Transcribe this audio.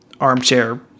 armchair